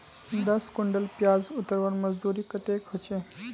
दस कुंटल प्याज उतरवार मजदूरी कतेक होचए?